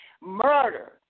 murder